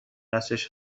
هستش